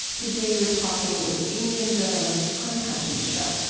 today, we're talking with indian journalist pankaj mishra.